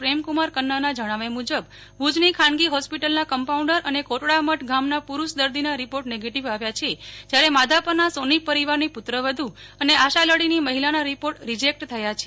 પ્રેમકુમાર કન્નરના જણાવ્યા મુજબ ભુજની ખાનગી હોસ્પિટલના કમ્પાઉન્ડર અને કોટડા મઢ ગામના પુરુષ દર્દીના રિપોર્ટ નેગેટીવ આવ્યા છે જ્યારે માધાપરના સોની પરિવારની પુત્રવધુ અને આશાલડીની મહિલાના રિપોર્ટ રીજેકટ થયા છે